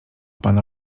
pana